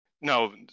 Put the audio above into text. no